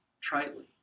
tritely